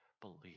believe